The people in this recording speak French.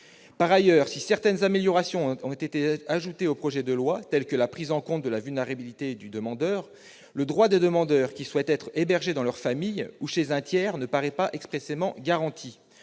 Par ailleurs, si certaines améliorations ont été apportées au projet de loi, comme la prise en compte de la vulnérabilité du demandeur, le droit des demandeurs qui souhaitent être hébergés dans leur famille ou chez un tiers ne paraît pas expressément garanti.